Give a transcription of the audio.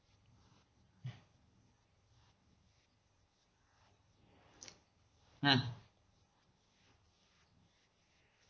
ah